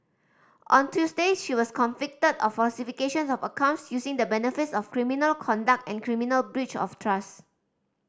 on Tuesday she was convicted of falsification of accounts using the benefits of criminal conduct and criminal breach of trust